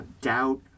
Doubt